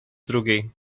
drugiej